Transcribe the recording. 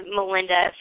Melinda